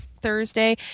thursday